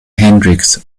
hendrix